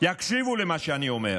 יקשיבו למה שאני אומר.